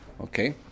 Okay